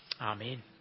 Amen